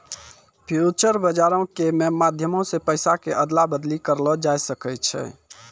future बजारो के मे माध्यमो से पैसा के अदला बदली करलो जाय सकै छै